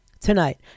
tonight